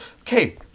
Okay